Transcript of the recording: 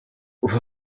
ubu